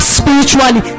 spiritually